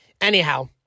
Anyhow